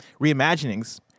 reimaginings